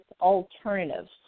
alternatives